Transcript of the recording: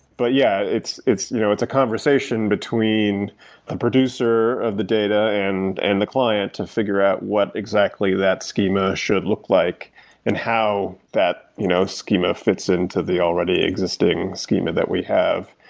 but, yeah, it's it's you know a conversation between the producer of the data and and the client to figure out what exactly that schema should look like and how that, you know, schema fits into the already existing schema that we have.